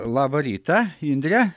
labą rytą indre